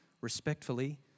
respectfully